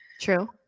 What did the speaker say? True